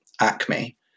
ACME